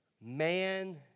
man